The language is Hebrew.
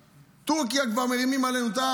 בטורקיה כבר מרימים עלינו את האף,